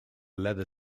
leather